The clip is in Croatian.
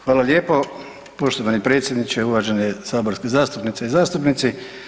Hvala lijepo poštovani predsjedniče, uvažene saborske zastupnice i zastupnici.